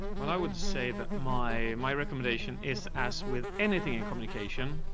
while i would say that my, my recommendation is, as with anything in communication,